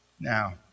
Now